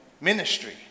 ministry